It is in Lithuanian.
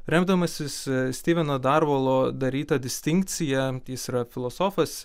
remdamasis styveno darvolo daryta distinkcija jis yra filosofas